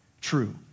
true